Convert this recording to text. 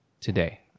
today